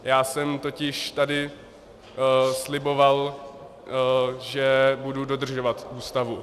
Já jsem totiž tady sliboval, že budu dodržovat Ústavu.